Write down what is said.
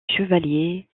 chevaliers